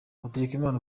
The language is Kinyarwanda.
hategekimana